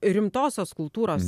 rimtosios kultūros